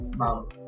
mouse